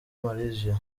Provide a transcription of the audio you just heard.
malaysia